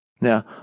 Now